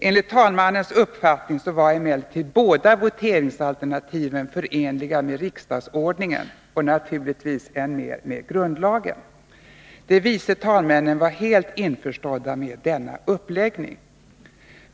Enligt talmannens uppfattning var emellertid båda voteringsalternativen förenliga med riksdagsordningen och naturligtvis än mer med grundlagen. De vice talmännen var helt införstådda med denna uppläggning.